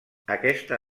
aquesta